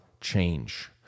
change